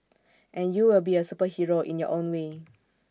and you will be A superhero in your own way